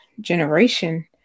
generation